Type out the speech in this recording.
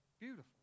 Beautiful